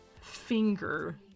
finger